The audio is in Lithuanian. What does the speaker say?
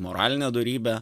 moralinė dorybė